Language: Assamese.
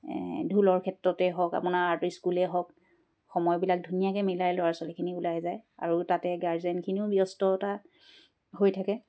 ঢোলৰ ক্ষেত্ৰতে হওক আপোনাৰ আৰ্ট স্কুলেই হওক সময়বিলাক ধুনীয়াকৈ মিলাই ল'ৰা ছোৱালীখিনি ওলাই যায় আৰু তাতে গাৰ্জেনখিনিও ব্যস্ততা হৈ থাকে